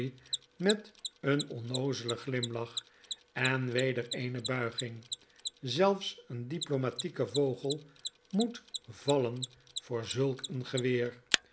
met een onnoozelen glimlach en weder eene buiging zelfs een diplomatieke vogel moet vallen voor zulk een geweer